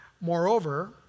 Moreover